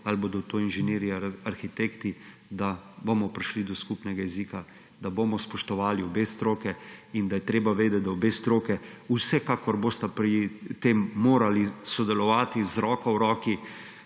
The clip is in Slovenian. ali bodo to inženirji ali arhitekti, da bomo prišli do skupnega jezika, da bomo spoštovali obe stroki in da je treba vedeti, da obe stroki vsekakor bosta pri tem morali sodelovati z roko v roki.